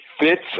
fits